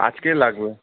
আজকে লাগবে